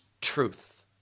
truth